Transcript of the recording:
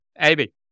Amy